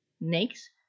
Next